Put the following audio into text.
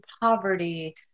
poverty